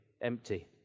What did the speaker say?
empty